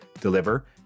deliver